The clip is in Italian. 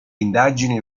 indagini